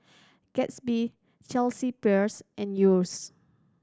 Gatsby Chelsea Peers and Yeo's